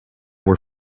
were